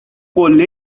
قله